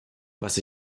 was